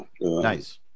Nice